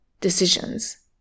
decisions